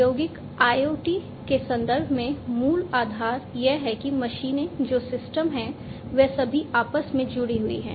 औद्योगिक IoT के संदर्भ में मूल आधार यह है कि मशीनें जो सिस्टम हैं वे सभी आपस में जुड़ी हुई हैं